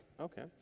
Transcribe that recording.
Okay